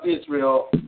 Israel